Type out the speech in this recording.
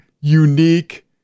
unique